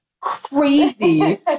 Crazy